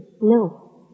No